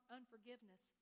unforgiveness